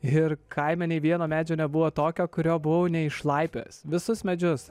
ir kaime nei vieno medžio nebuvo tokio kurio buvau neišlaipiojęs visus medžius